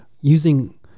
using